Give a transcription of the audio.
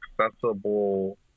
accessible